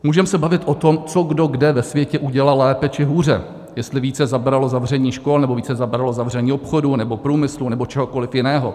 Můžeme se bavit o tom, co kdo kde ve světě udělal lépe či hůře, jestli více zabralo zavření škol, nebo více zabralo zavření obchodů nebo průmyslu nebo čehokoli jiného.